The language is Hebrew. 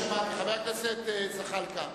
חבר הכנסת זחאלקה,